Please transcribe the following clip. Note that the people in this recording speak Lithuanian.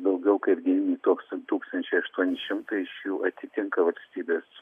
daugiau kaip devyni tūkstančiai aštuoni šimtai iš jų atitinka valstybės